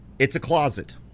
it's a closet.